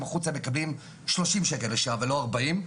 החוצה הם מקבלים שלושים שקל לשעה ולא ארבעים,